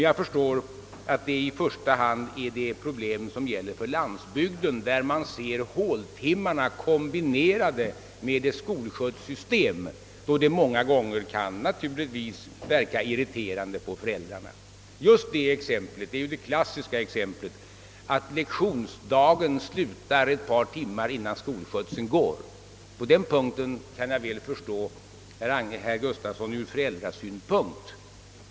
Jag förstår att problemet i första hand gäller för landsbygden, där man ser håltimmarna kombinerade med skolskjutssystemet och där det många gånger naturligtvis kan bli irriterande för föräldrarna, Det klassiska exemplet är ju att lektionsdagen slutar ett par timmar innan skolskjutsen går. På den punkten kan jag väl förstå herr Gustavsson ur föräldrasynpunkt.